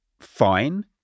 fine